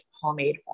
homemade